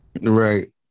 Right